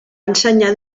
ensenyar